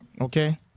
okay